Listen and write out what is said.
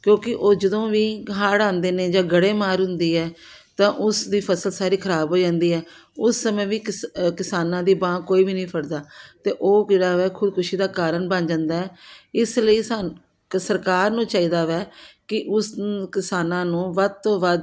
ਕਿਉਂਕਿ ਉਹ ਜਦੋਂ ਵੀ ਹੜ੍ਹ ਆਉਂਦੇ ਨੇ ਜਾਂ ਗੜ੍ਹੇਮਾਰ ਹੁੰਦੀ ਹੈ ਤਾਂ ਉਸ ਦੀ ਫਸਲ ਸਾਰੀ ਖਰਾਬ ਹੋ ਜਾਂਦੀ ਆ ਉਸ ਸਮੇਂ ਵੀ ਕਿਸ ਕਿਸਾਨਾਂ ਦੀ ਬਾਂਹ ਕੋਈ ਵੀ ਨਹੀਂ ਫੜਦਾ ਅਤੇ ਉਹ ਕਿਹੜਾ ਵੈ ਖੁਦਕੁਸ਼ੀ ਦਾ ਕਾਰਨ ਬਣ ਜਾਂਦਾ ਇਸ ਲਈ ਸਾਨ ਸਰਕਾਰ ਨੂੰ ਚਾਹੀਦਾ ਹੈ ਕਿ ਉਸ ਉ ਕਿਸਾਨਾਂ ਨੂੰ ਵੱਧ ਤੋਂ ਵੱਧ